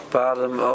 bottom